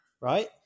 right